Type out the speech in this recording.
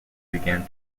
began